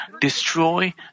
destroy